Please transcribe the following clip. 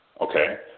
Okay